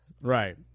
Right